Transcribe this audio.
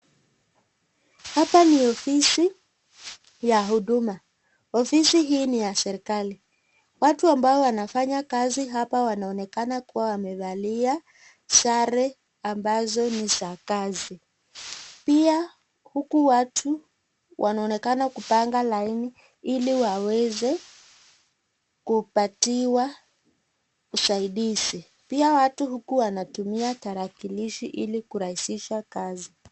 Hapa ni ofisi ya huduma. Ofisi hii ni ya serikali. Watu ambao wanafanya kazi hapa wanaonekana kuwa wamevaa sare ambazo ni za kazi. Pia huku watu wanaonekana kupanga laini ili waweze kupatiwa usaidizi. Pia watu huku wanatumia tarakilishi ili kurahisisha kazi.